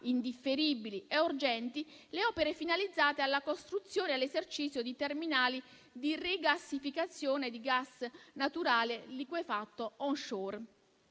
indifferibili e urgenti, le opere finalizzate alla costruzione e all'esercizio di terminali di rigassificazione di gas naturale liquefatto *onshore*,